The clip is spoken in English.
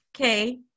Okay